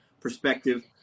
perspective